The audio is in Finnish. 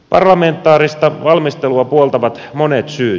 parlamentaarista valmistelua puoltavat monet syyt